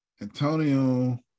Antonio